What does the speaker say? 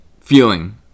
feeling